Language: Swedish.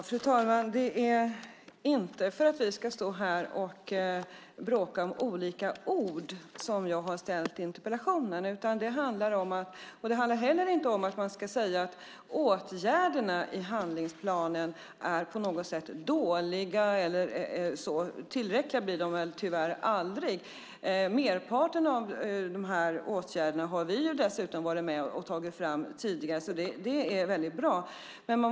Fru talman! Det är inte för att vi ska stå här och bråka om olika ord som jag har ställt interpellationen. Det handlar heller inte om att åtgärderna i handlingsplanen skulle vara dåliga, även om de väl tyvärr aldrig blir tillräckliga. Merparten av dem har vi ju dessutom varit med och tagit fram tidigare. Det är bra.